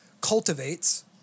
cultivates